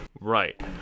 Right